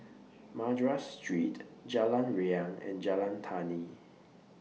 Madras Street Jalan Riang and Jalan Tani